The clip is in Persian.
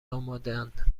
آمادهاند